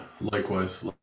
likewise